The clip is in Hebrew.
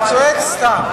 אתה צועק סתם.